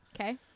okay